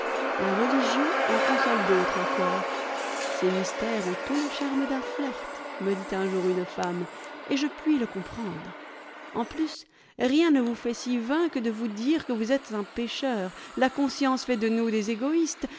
la religion en console d'autres encore ses mystères ont tout le charme d'un flirt me dit un jour une femme et je puis le comprendre en plus rien ne vous fait si vain que de vous dire que vous êtes un pécheur la conscience fait de nous des égoïstes